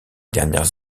dernières